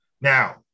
now